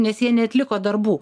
nes jie neatliko darbų